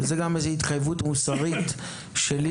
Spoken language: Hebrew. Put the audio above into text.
וזוהי גם איזו התחייבות מוסרית שלי,